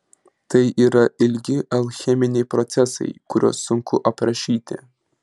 tai yra ilgi alcheminiai procesai kuriuos sunku aprašyti